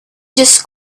just